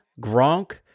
Gronk